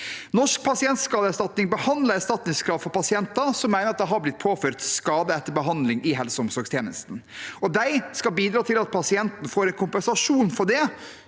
Norsk pasientskadeerstatning behandler erstatningskrav for pasienter som mener at de har blitt påført skade etter behandling i helse- og omsorgstjenesten. De skal bidra til at pasienten får kompensasjon for det,